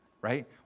right